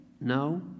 no